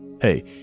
Hey